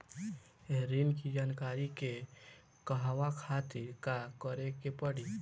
ऋण की जानकारी के कहवा खातिर का करे के पड़ी?